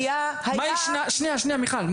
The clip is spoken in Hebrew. מיכל,